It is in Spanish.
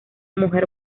mujer